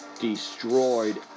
destroyed